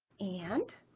and